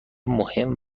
مهم